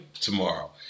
tomorrow